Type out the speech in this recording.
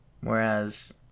Whereas